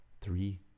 three